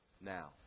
now